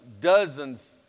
dozens